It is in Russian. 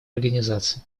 организации